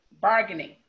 Bargaining